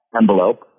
envelope